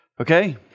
Okay